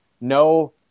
no